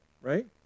right